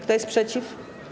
Kto jest przeciw?